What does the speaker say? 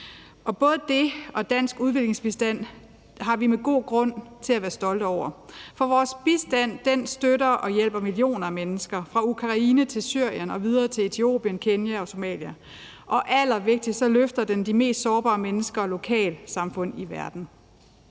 Både det og den danske udviklingsbistand har vi god grund til at være stolte over, for vores bistand støtter og hjælper millioner af mennesker fra Ukraine til Syrien og videre til Etiopien, Kenya og Somalia, og allervigtigst løfter den de mest sårbare mennesker og lokalsamfund i verden.